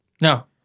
No